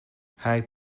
hij